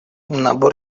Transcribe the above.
набор